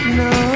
no